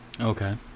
Okay